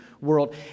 world